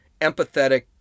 empathetic